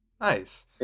Nice